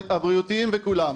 הבריאותיים וכולם.